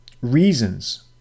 reasons